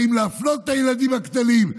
האם להפלות את הילדים הקטנים.